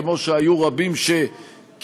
כמו שהיו רבים שקיוו,